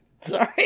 Sorry